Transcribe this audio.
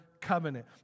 covenant